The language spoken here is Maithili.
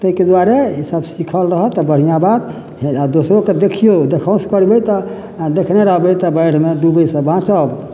ताहिके दुआरे ई सब सीखल रहत तऽ बढ़िऑं बात हे आ दोसरोके देखियौ देखासु करबै तऽ आ देखने रहबै तऽ बाढ़िमे डुबै सऽ बाँचब